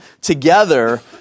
together